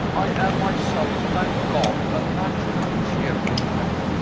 i am myself, thank god, a naturally cheerful man.